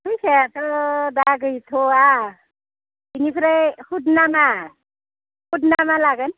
फैसायाथ' दा गैथ'वा बेनिफ्राय हुद नामा हुद ना मा लागोन